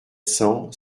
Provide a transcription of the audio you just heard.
cents